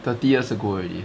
thirty years ago already